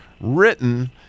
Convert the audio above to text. written